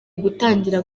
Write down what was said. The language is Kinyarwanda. gutangira